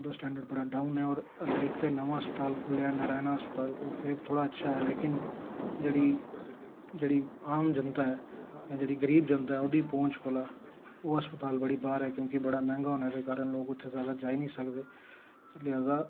ओह्दा स्टैंडर्ड बड़ा डाउन ऐ और ते इक नमां अस्पताल खु'ल्लेआ ऐ नरायना अस्पताल ओह् फिर थोह्ड़ा अच्छा ऐ लेकिन जेह्ड़ी जेह्ड़ी आम जनता ऐ जां जेह्ड़ी गरीब जनता ऐ ओह्दी पौंह्च कोला ओह् अस्पताल बड़ी बाह्र ऐ क्योंकि बड़ा मैंह्गा होने दे कारण लोक उत्थै जैदा जाई निं सकदे ते जां